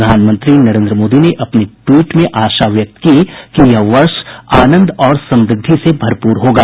प्रधानमंत्री नरेंद्र मोदी ने अपने ट्वीट में आशा व्यक्त की कि यह वर्ष आनंद और समृद्धि से भरपूर होगा